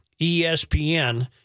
ESPN